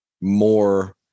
more